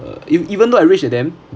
uh even even though I rich than them